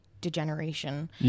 degeneration